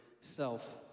self